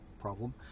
problem